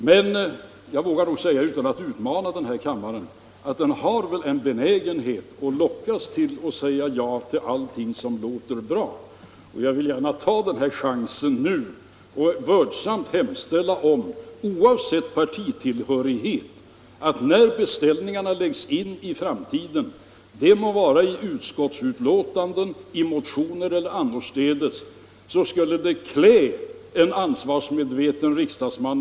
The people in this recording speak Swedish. Men jag vågar nog säga, utan att utmana den här kammaren, att riksdagen väl har en benägenhet att lockas att säga ja till allting som låter bra. Jag vill gärna ta chansen nu att vördsamt hemställa om — oavsett partitillhörighet — att man när beställningarna i framtiden skrivs in i betänkanden, motioner eller annorstädes tänker på konsekvenserna, nämligen på betalningssidan.